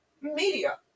Media